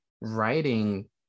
writing